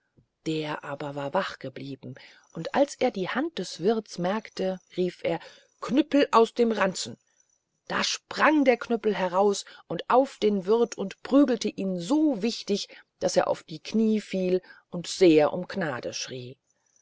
der war aber wach geblieben und als er die hand des wirths merkte rief er knüppel aus dem ranzen da sprang der knüppel heraus auf den wirth und prügelte ihn so wichtig daß er auf die knie fiel und sehr um gnade schrie